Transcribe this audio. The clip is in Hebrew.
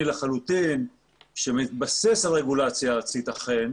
לחלוטין שאכן מתבסס על רגולציה ארצית,